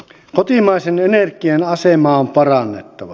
kotimaisen energian asemaa on parannettava